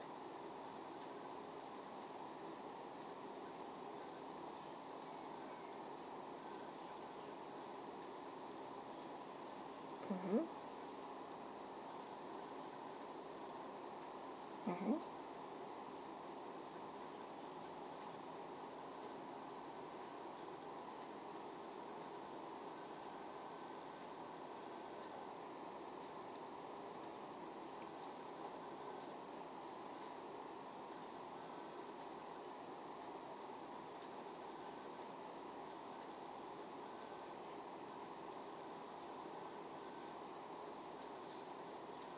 mmhmm mmhmm